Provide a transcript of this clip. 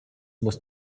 muss